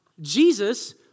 Jesus